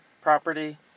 property